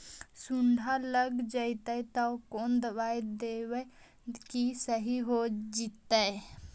सुंडी लग जितै त कोन दबाइ देबै कि सही हो जितै?